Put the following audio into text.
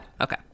Okay